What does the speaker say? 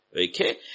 Okay